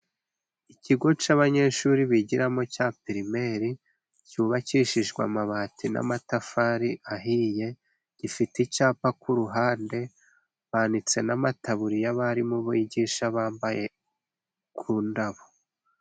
Ikigo cy'abanyeshuri bigiramo cya pirimeri，cyubakishijwe amabati n'amatafari ahiye， gifite icyapa ku ruhande，banitse n’amataburiya abarimu bigisha bambaye， ku ndabo.